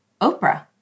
Oprah